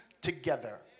together